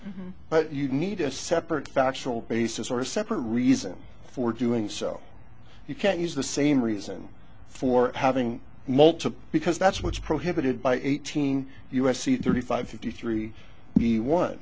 case but you need a separate factual basis or a separate reason for doing so you can't use the same reason for having multiple because that's what's prohibited by eighteen u s c thirty five fifty three the one